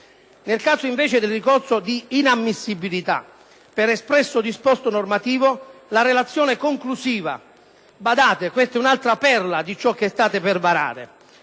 Nel caso invece di ricorso inammissibile, per espresso disposto normativo, la relazione conclusiva – badate, questa eun’altra perla di cio che state per varare